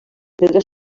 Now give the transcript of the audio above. pedra